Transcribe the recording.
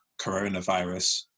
coronavirus